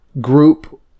group